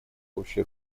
общий